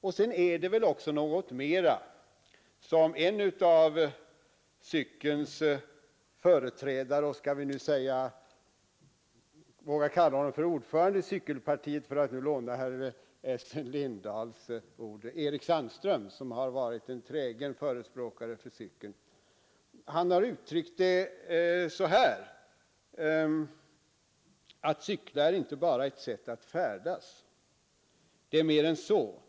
Och sedan är det väl också något mer, något som en av cyklismens företrädare — vi kanske kan våga kalla honom för ordförande i cykelpartiet, för att nu låna Essen Lindahls ord, nämligen Eric Sandström — har utttryckt så här: ”Att cykla är inte bara ett sätt att färdas. Det är mer än så.